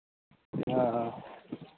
ᱦᱮᱸ ᱦᱮᱸ